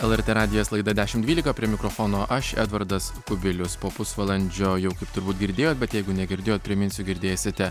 lrt radijas laida dešim dvylika prie mikrofono aš edvardas kubilius po pusvalandžio jau kaip turbūt girdėjot bet jeigu negirdėjot priminsiu girdėsite